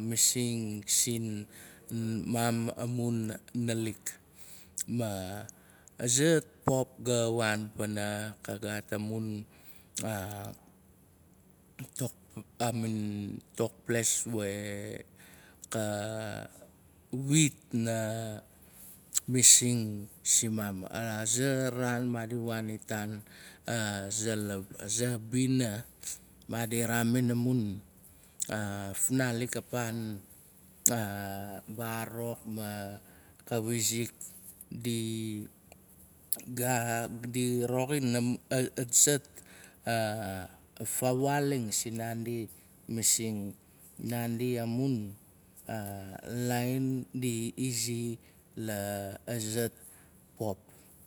masing siman amun nalik. Ma azat pop ga waan pana ka gaat amun tok ples we kawit na masing simaam. Aza raan. maadi waan itan la za bina. Maadi raamin amun fnalik apaan barak ma ka wizik dit roxin atsak fa waaling sin naandi masing naandi amun lain di laza pop.